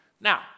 Now